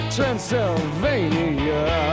Transylvania